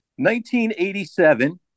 1987